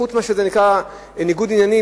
חוץ מאשר שזה נקרא ניגוד עניינים,